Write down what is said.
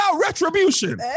retribution